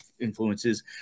influences